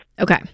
Okay